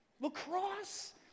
Lacrosse